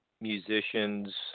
musicians